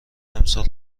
امسال